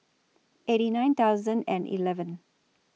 eighty nine thousand and eleven